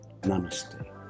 Namaste